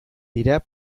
dira